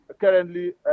Currently